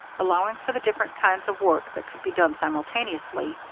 allowing for the different kinds of work that could be done simultaneously,